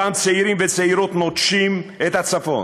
אותם צעירים וצעירות נוטשים את הצפון.